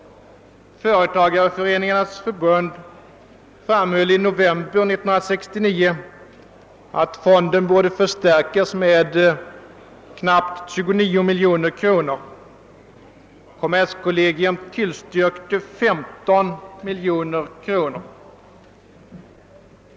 Företagareföreningarnas förbund framhöll i november 1969 att fonden borde förstärkas med knappt 29 miljoner kronor. Kommerskollegium = tillstyrkte 15 miljoner kronor.